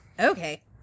Okay